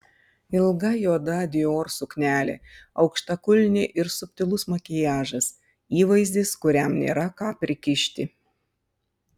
ilga juoda dior suknelė aukštakulniai ir subtilus makiažas įvaizdis kuriam nėra ką prikišti